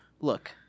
Look